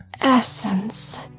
Essence